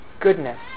goodness